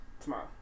tomorrow